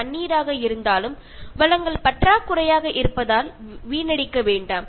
അത് ആഹാരമായാലും വെള്ളമായാലും ഒന്നും പാഴാക്കരുത്